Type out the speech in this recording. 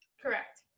correct